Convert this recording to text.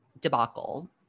debacle